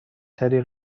تری